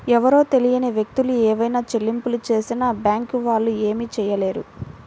ఎవరో తెలియని వ్యక్తులు ఏవైనా చెల్లింపులు చేసినా బ్యేంకు వాళ్ళు ఏమీ చేయలేరు